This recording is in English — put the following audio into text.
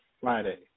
Friday